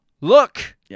look